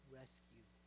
rescue